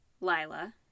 Lila